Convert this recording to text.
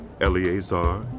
Eleazar